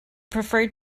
preferred